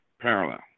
parallel